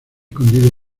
escondido